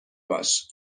باش